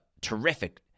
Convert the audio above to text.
terrific